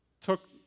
took